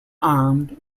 armed